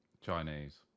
Chinese